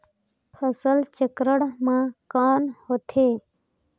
फसल चक्रण मा कौन होथे?